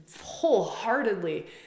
wholeheartedly